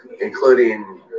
including